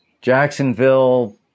Jacksonville